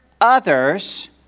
others